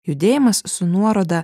judėjimas su nuoroda